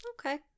Okay